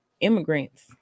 immigrants